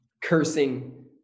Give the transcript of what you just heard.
cursing